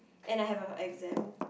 and I have a exam